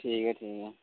ठीक ऐ ठीक ऐ